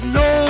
no